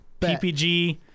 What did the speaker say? PPG